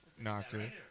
Knocker